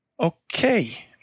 Okay